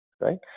right